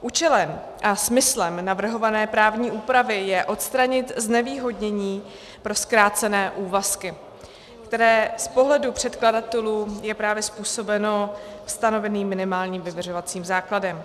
Účelem a smyslem navrhované právní úpravy je odstranit znevýhodnění pro zkrácené úvazky, které z pohledu předkladatelů je právě způsobeno stanoveným minimálním vyměřovacím základem.